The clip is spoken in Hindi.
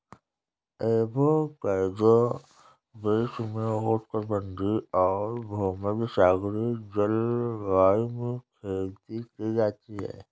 एवोकैडो विश्व में उष्णकटिबंधीय और भूमध्यसागरीय जलवायु में खेती की जाती है